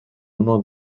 uno